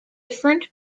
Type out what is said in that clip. different